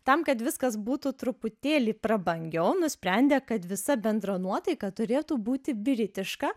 tam kad viskas būtų truputėlį prabangiau nusprendė kad visa bendra nuotaika turėtų būti britiška